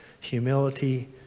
humility